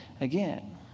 again